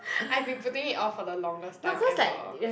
I've been putting it off for the longest time ever